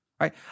right